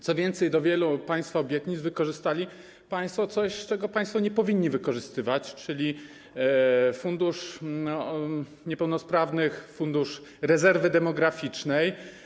Co więcej, w przypadku wielu państwa obietnic wykorzystali państwo coś, czego państwo nie powinni wykorzystywać, czyli fundusz niepełnosprawnych, Fundusz Rezerwy Demograficznej.